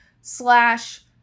slash